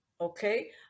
okay